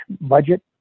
budget